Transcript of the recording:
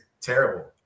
terrible